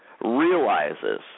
realizes